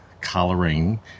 coloring